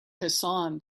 hassan